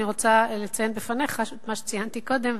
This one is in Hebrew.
אני רוצה לציין בפניך מה שציינתי קודם,